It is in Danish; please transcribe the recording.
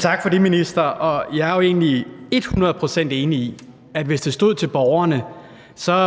Tak for det, minister. Jeg er jo egentlig ethundrede procent enig i, at hvis det stod til borgerne,